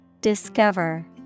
Discover